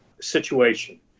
situation